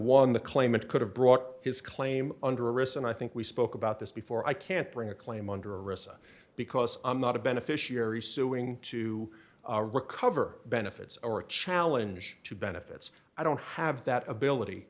one the claimant could have brought his claim under arrest and i think we spoke about this before i can't bring a claim under a recess because i'm not a beneficiary suing to recover benefits or a challenge to benefits i don't have that ability